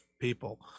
people